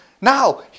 Now